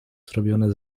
zrobione